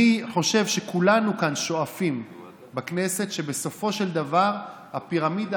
אני חושב שכולנו כאן בכנסת שואפים שבסופו של דבר הפירמידה